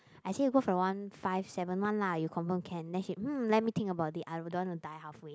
I say go for the one five seven one lah you confirm can then she mm let me think about I wouldn't want to die halfway